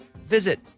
Visit